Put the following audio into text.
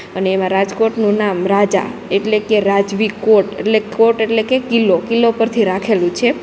અને એમાં રાજકોટનું નામ રાજા એટલે કે રાજવી કોટ એટલે કોટ એટલે કે કિલ્લો કિલ્લો પરથી રાખેલું છે